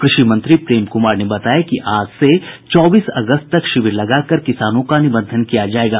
कृषि मंत्री प्रेम कुमार ने बताया कि आज से चौबीस अगस्त तक शिविर लगाकर किसानों का निबंधन किया जायेगा